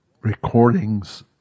recordings